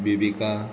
बिबिका